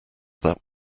that